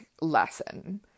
lesson